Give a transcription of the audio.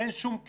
אין שום קשר.